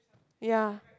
ya